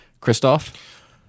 Christoph